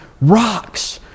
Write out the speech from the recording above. rocks